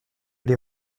les